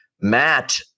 Matt